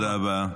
תודה רבה.